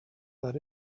that